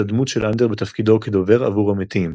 הדמות של אנדר בתפקידו כ"דובר עבור המתים"